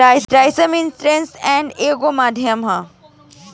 times interest earned एगो माध्यम ह